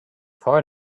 part